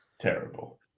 Terrible